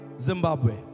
Zimbabwe